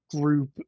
group